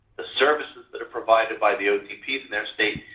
the services that are provided by the otps in their state,